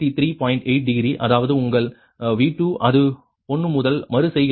8 degree அதாவது உங்கள் V2 அது 1 முதல் மறு செய்கையில்